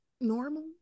normal